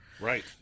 Right